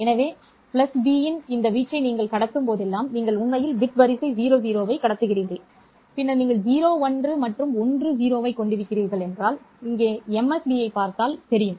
எனவே b இன் இந்த வீச்சை நீங்கள் கடத்தும் போதெல்லாம் நீங்கள் உண்மையில் பிட் வரிசை 00 ஐ கடத்துகிறீர்கள் பின்னர் நீங்கள் 01 மற்றும் 10 ஐக் கொண்டிருக்கிறீர்கள் நீங்கள் இங்கே MSB ஐப் பார்த்தால் கவனிக்க முடியும்